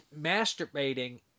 masturbating